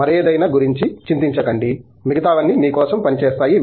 మరేదైనా గురించి చింతించకండి మిగతావన్నీ మీ కోసం పని చేస్తాయి